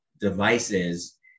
devices